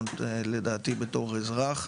עוד לדעתי בתור אזרח,